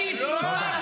אתם לא.